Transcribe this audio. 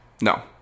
No